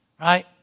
Right